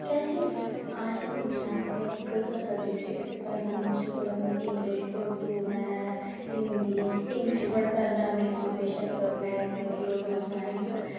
کیازِ کہِ أسۍ چھِ وٕچھان مطلب کۭژاہ سبجیکٹ چھِ أسۍ پَرناوان سکوٗلَن منٛز English Urdu math Hindi English گۄڈٕ پَرناونہٕ یِوان بے شَکھ میتھ ہِندی اُردوٗ ساینس